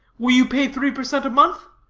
will you pay three per cent a month?